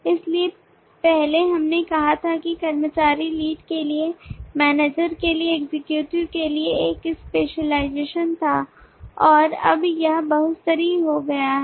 इसलिए पहले हमने कहा था कि कर्मचारी लीड के लिए और मैनेजर के लिए एक्जीक्यूटिव के लिए एक स्पेशलाइजेशन था और अब यह बहुस्तरीय हो गया है